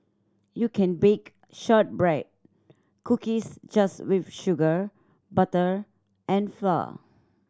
you can bake shortbread cookies just with sugar butter and flour